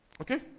Okay